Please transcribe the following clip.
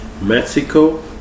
Mexico